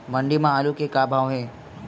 मंडी म आलू के का भाव हे?